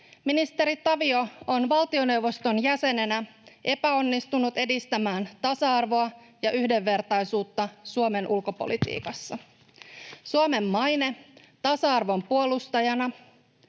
Ministeri Tavio on valtioneuvoston jäsenenä epäonnistunut edistämään tasa-arvoa ja yhdenvertaisuutta Suomen ulkopolitiikassa. Suomen maine tasa-arvon puolustajana